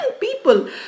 people